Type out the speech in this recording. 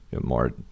more